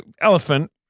elephant